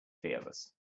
fearless